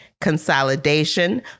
consolidation